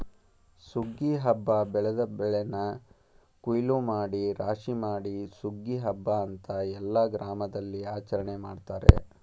ಸುಗ್ಗಿ ಹಬ್ಬ ಬೆಳೆದ ಬೆಳೆನ ಕುಯ್ಲೂಮಾಡಿ ರಾಶಿಮಾಡಿ ಸುಗ್ಗಿ ಹಬ್ಬ ಅಂತ ಎಲ್ಲ ಗ್ರಾಮದಲ್ಲಿಆಚರಣೆ ಮಾಡ್ತಾರೆ